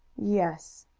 yes,